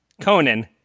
Conan